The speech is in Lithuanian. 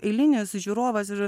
eilinis žiūrovas ir